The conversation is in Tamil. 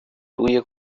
தூய